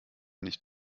nicht